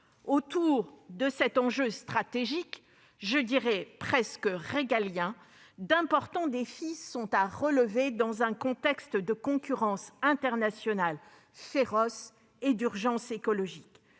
Autour de cet enjeu stratégique, je dirai presque régalien, d'importants défis sont à relever dans un contexte de concurrence internationale féroce et d'urgence écologique.